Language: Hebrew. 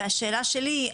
והשאלה שלי,